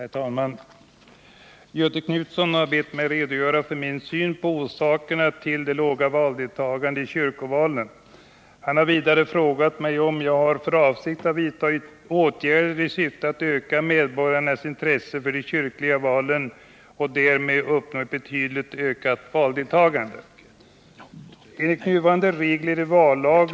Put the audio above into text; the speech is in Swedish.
Herr talman! Göthe Knutson har bett mig redogöra för min syn på orsakerna till det låga valdeltagandet i kyrkovalen. Han har vidare frågat mig om jag har för avsikt att vidta åtgärder i syfte att öka medborgarnas intresse för de kyrkliga valen och därmed uppnå ett betydligt ökat valdeltagande.